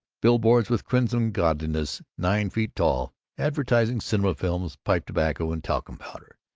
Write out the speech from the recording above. billboards with crimson goddesses nine feet tall advertising cinema films, pipe tobacco, and talcum powder.